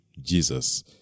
Jesus